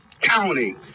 County